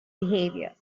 behavior